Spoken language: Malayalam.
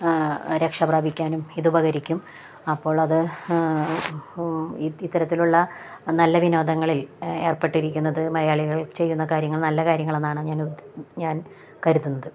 ആ രക്ഷപ്രാപിക്കാനും ഇതുപകരിക്കും അപ്പോഴത് ആ ഇത്തരത്തിലുള്ള നല്ല വിനോദങ്ങളിൽ ഏർപ്പെട്ടിരിക്കുന്നത് മലയാളികൾ ചെയ്യുന്ന കാര്യങ്ങൾ നല്ല കാര്യങ്ങളെന്നാണു ഞാൻ ഞാൻ കരുതുന്നത്